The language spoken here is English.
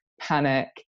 panic